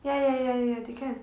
ya ya ya ya ya they can